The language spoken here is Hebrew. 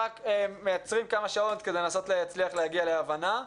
ורק מייצרים כמה שעות כדי לנסות להצליח להגיע להבנה.